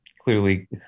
clearly